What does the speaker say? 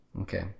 Okay